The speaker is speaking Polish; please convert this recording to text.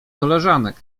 koleżanek